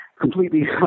completely